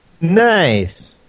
nice